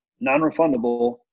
non-refundable